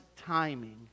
timing